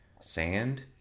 sand